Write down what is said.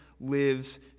lives